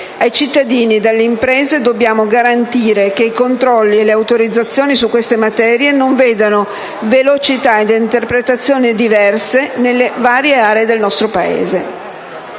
Ai cittadini e alle imprese dobbiamo garantire che i controlli e le autorizzazioni su queste materie non vedano velocità e interpretazioni diverse nelle diverse aree del nostro Paese.